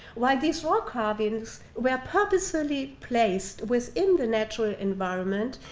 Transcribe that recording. while these rock carvings were purposefully placed within the natural environment,